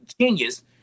genius